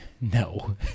no